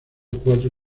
cuatro